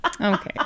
Okay